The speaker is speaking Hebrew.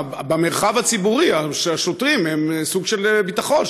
במרחב הציבורי השוטרים הם סוג של ביטחון,